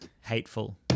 hateful